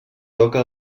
toca